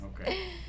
Okay